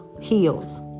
heels